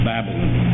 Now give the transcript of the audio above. Babylon